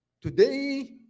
Today